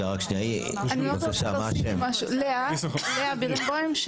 שמי לאה בירנבוים.